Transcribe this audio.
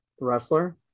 wrestler